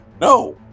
No